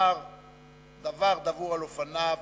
אני מזמין את אורלי לוי לעלות ולומר דבר דבור על אופניו